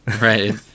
right